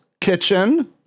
Kitchen